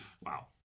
Wow